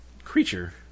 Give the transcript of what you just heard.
creature